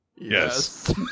Yes